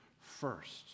first